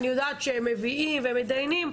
אני יודעת שהם מביאים והם מידיינים,